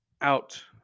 out